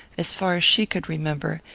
as far as she could remember,